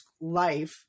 life